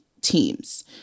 teams